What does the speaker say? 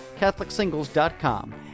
catholicsingles.com